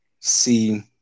see